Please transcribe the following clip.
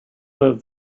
that